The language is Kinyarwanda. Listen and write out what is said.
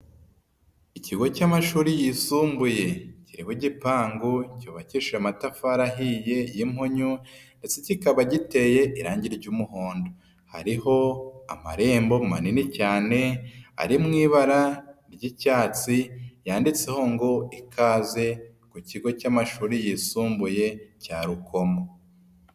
Ikigo cy'amashuri yisumbuye, kiriho igipangu cyubakishije amatafari ahiye y'impunyu, kikaba giteye irangi ry'umuhondo hariho amarembo manini cyane ari mu ibara ry'icyatsi yanditseho ngo ikaze ku kigo cy'amashuri yisumbuye cya Rukomo.